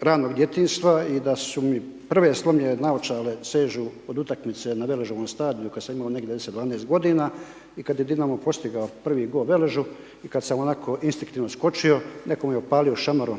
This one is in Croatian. ranog djetinjstva i da su mi prve slomljene naočale sežu od utakmice na Veležovom stadionu kad sam imamo negdje 10, 12 godina i kad je Dinamo postigao prvi gol Veležu i kad sam onako instiktivno skočio neko me opalio šamarom